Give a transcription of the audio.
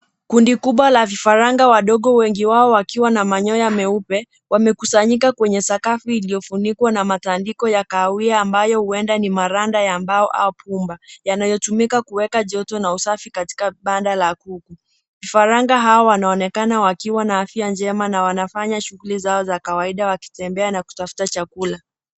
Kundi kubwa la vifaranga wadogo wengi wao wakiwa na manyonya meupe, wamekusanyika kwenye sakafu iliyofunikwa na matandiko ya kahawia ambayo huenda ni maranda ya mbao au pumba yanayotumikwa kuweka joto na usafi katika banda la kuku. Vifaranga hawa wanaonekana wakiwa na afya njema na wanafanya shughuli za za kawaida wakitembea na kitafuta chakula.